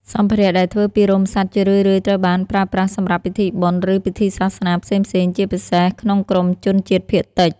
សម្ភារៈដែលធ្វើពីរោមសត្វជារឿយៗត្រូវបានប្រើប្រាស់សម្រាប់ពិធីបុណ្យ ឬពិធីសាសនាផ្សេងៗ ជាពិសេស ក្នុងក្រុមជនជាតិភាគតិច។